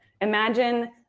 imagine